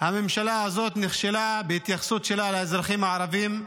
הממשלה הזאת נכשלה בהתייחסות שלה לאזרחים הערבים,